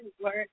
work